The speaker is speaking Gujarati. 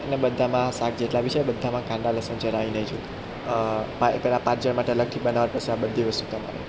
અને બધામાં શાક જેટલા બી છે બધ્ધામાં કાંદા લસણ ચલાવી લેજો પેલા પાંચ જણા માટે અલગથી બનાવજો બધી વસ્તુ તમારે